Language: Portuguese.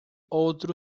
outro